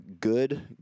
good